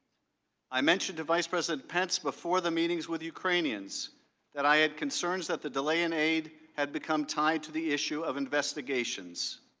i mentioned to vice president pence before the meetings with ukrainians that i had concerns that the delay in aid had become tied to the issue of investigations.